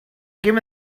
give